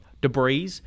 debris